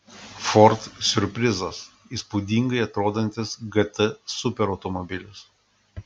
ford siurprizas įspūdingai atrodantis gt superautomobilis